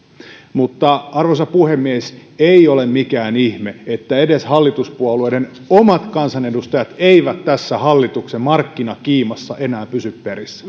arvoisa puhemies ei ole mikään ihme että edes hallituspuolueiden omat kansanedustajat eivät tässä hallituksen markkinakiimassa enää pysy